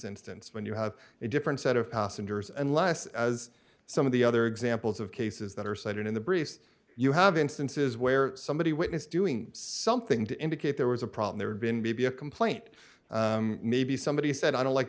instance when you have a different set of passengers and less as some of the other examples of cases that are cited in the briefs you have instances where somebody witnessed doing something to indicate there was a problem there had been be a complaint maybe somebody said i don't like